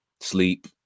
sleep